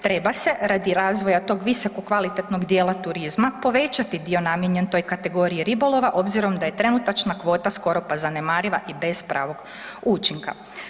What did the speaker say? Treba se radi razvoja tog visoko kvalitetnog dijela turizma povećati dio namijenjen toj kategoriji ribolova obzirom da je trenutačna kvota skoro pa zanemariva i bez pravog učinka.